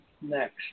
next